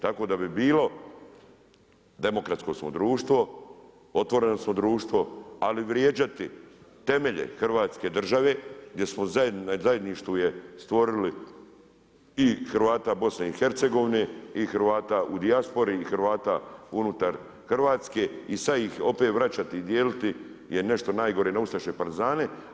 Tako da bi bilo, demokratsko smo društvo, otvoreno smo društvo, ali vrijeđati temelje Hrvatske države, gdje smo na zajedništvu je stvorili i Hrvata Bosne i Hercegovine i Hrvata u dijaspori i Hrvata unutar Hrvatske i sad ih opet vraćati i dijeliti je nešto najgore na ustaše i partizane.